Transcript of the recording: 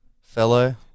fellow